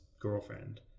girlfriend